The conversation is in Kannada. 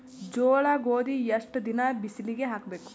ಜೋಳ ಗೋಧಿ ಎಷ್ಟ ದಿನ ಬಿಸಿಲಿಗೆ ಹಾಕ್ಬೇಕು?